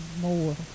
more